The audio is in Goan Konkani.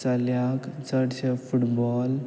चल्याक चडश्यो फुटबॉल